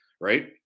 right